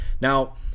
Now